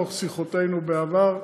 מתוך שיחותינו בעבר.